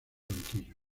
banquillo